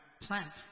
plant